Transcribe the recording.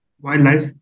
wildlife